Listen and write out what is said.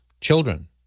children